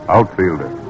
Outfielder